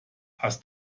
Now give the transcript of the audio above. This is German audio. hast